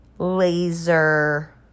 laser